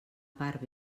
part